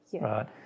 right